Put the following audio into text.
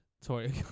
Sorry